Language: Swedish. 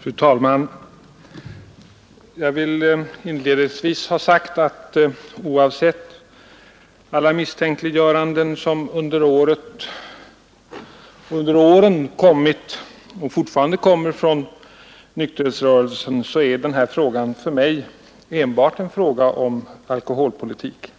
Fru talman! Jag vill inledningsvis ha sagt att oavsett alla misstänkliggöranden som under åren kommit — och fortfarande kommer — från nykterhetsrörelsen, så är den här frågan för mig enbart en fråga om alkoholpolitik.